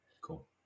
Cool